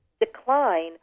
decline